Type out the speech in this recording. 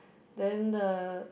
then the